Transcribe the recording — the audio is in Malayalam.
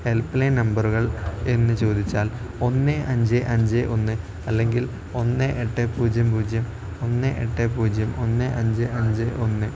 ഹെൽപ്പ്ലൈൻ നമ്പറുകൾ എന്ന് ചോദിച്ചാൽ ഒന്ന് അഞ്ച് അഞ്ച് ഒന്ന് അല്ലെങ്കിൽ ഒന്ന് എട്ട് പൂജ്യം പൂജ്യം ഒന്ന് എട്ട് പൂജ്യം ഒന്ന് അഞ്ച് അഞ്ച് ഒന്ന്